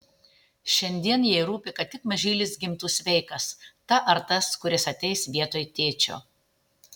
šiandien jai rūpi kad tik mažylis gimtų sveikas ta ar tas kuris ateis vietoj tėčio